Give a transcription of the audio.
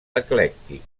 eclèctic